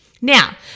Now